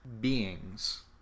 beings